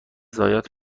ضایعات